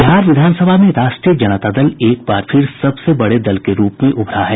बिहार विधानसभा में राष्ट्रीय जनता दल एक बार फिर सबसे बड़े दल के रूप में उभरा है